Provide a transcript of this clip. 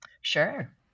Sure